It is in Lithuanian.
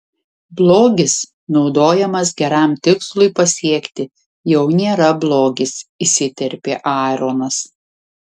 blogis naudojamas geram tikslui pasiekti jau nėra blogis įsiterpė aaronas